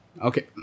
Okay